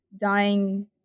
dying